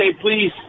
please